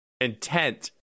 intent